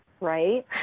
Right